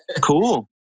Cool